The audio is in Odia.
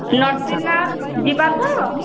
ନରସିଂହନାଥ ଯିବା ତ